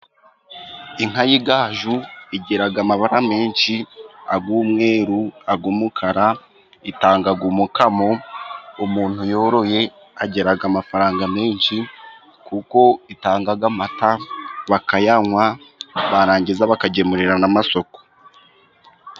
Inka y'igaju igira amabara menshi ay'umweru, ay’umukara, itanga umukamo, umuntu uyoroye agira amafaranga menshi kuko itanga amata, bakayanywa barangiza bakagemurira n’amasoko.